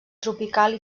tropical